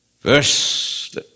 Verse